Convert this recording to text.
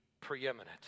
preeminent